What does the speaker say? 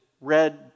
red